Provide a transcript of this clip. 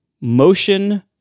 motion